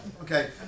Okay